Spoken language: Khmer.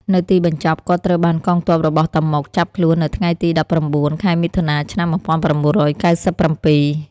នៅទីបញ្ចប់ គាត់ត្រូវបានកងទ័ពរបស់ តាម៉ុក ចាប់ខ្លួននៅថ្ងៃទី១៩ ខែមិថុនា ឆ្នាំ១៩៩៧។